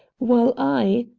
while i,